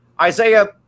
Isaiah